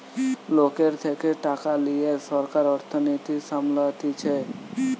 লোকের থেকে টাকা লিয়ে সরকার অর্থনীতি সামলাতিছে